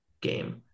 game